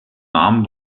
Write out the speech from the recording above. namen